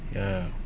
ya